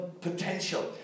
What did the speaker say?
potential